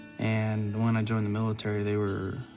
and when i joined the military, they were,